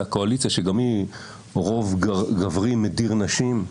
הקואליציה שגם היא עם רוב גברי מדיר נשים.